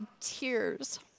tears